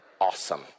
awesome